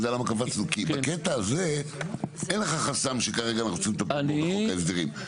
כי בקטע הזה אין לך חסם שכרגע אנחנו צריכים לטפל בו בחוק ההסדרים.